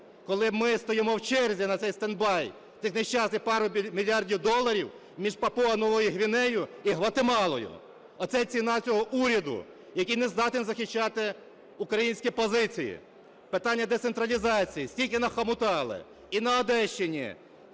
коли ми стоїмо в черзі на цей "стенд-бай", цих нещасних пару мільярдів доларів, між Папуа – Новою Гвінеєю і Гватемалою. Оце ціна цього уряду, який не здатен захищати українські позиції. Питання децентралізації. Стільки нахомутали і на Одещині: